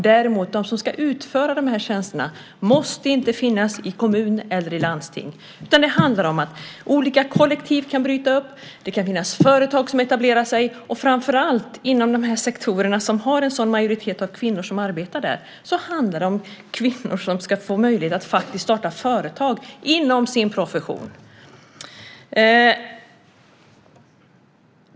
Däremot måste de som ska utföra de här tjänsterna inte finnas i kommun eller i landsting, utan olika kollektiv kan bryta upp. Det kan finnas företag som etablerar sig. Och framför allt handlar det, inom de sektorer som har en majoritet av kvinnor som arbetar där, om att kvinnor ska kunna starta företag inom sin profession.